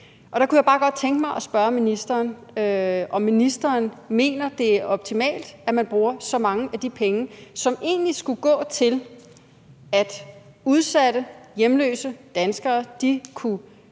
Der kunne jeg bare godt tænke mig at spørge ministeren, om ministeren mener, at det er optimalt, at man bruger så mange af de penge, som egentlig skulle gå til, at udsatte, hjemløse danskere, kunne tjene